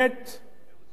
לבין יציב,